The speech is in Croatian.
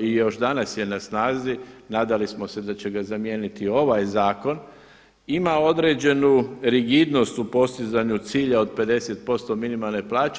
i još danas je na snazi, nadali smo se da će ga zamijeniti ovaj zakon, ima određenu rigidnost u postizanju cilja od 50% minimalne plaće.